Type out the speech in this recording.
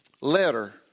letter